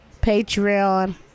Patreon